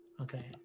Okay